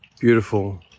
Beautiful